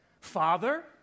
father